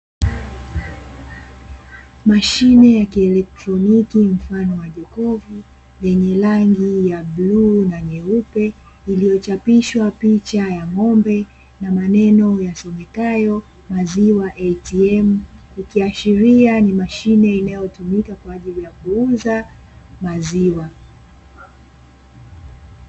Mashine ya kielektroniki mfano wa jokovu yenye rangi ya bluu na nyeupe, iliyochapishwa picha ya ng'ombe na maneno yasomekayo " maziwa a t m", ikiashiria ni mashine inayotumika kwa ajili ya kuuza maziwa.